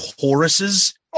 choruses